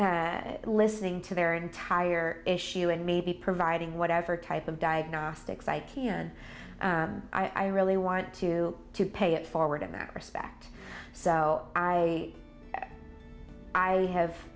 listening to their entire issue and maybe providing whatever type of diagnostics i can i really want to to pay it forward in that respect so i i have